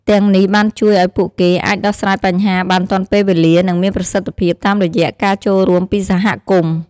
ទាំងនេះបានជួយឱ្យពួកគេអាច ដោះស្រាយបញ្ហាបានទាន់ពេលវេលា និងមានប្រសិទ្ធភាពតាមរយៈការចូលរួមពីសហគមន៍។